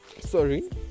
sorry